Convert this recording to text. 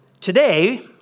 today